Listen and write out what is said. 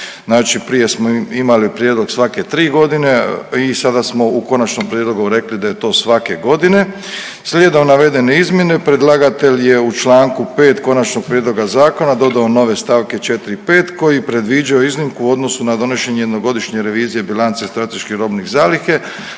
prije smo imali prijedlog svake 3 godine i sada smo u Konačnom prijedlogu rekli da je to svake godine. Slijedom navedene izmjene predlagatelj je u članku 5. Konačnog vijeća zakona dodao nove stavke 4. i 5. koji predviđaju iznimku u odnosu na donošenje jednogodišnje revizije bilance strateških robnih zaliha.